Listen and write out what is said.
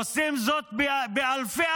עושים זאת עם אלפי-אלפים,